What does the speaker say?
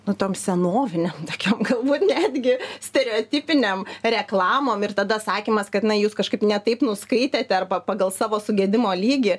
nu tom senovinėm tokiom galbūt netgi stereotipinėm reklamom ir tada sakymas kad na jūs kažkaip ne taip nuskaitėte arba pagal savo sugedimo lygį